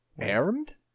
armed